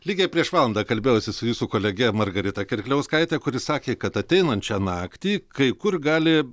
lygiai prieš valandą kalbėjausi su jūsų kolegė margarita kirkliauskaitė kuri sakė kad ateinančią naktį kai kur gali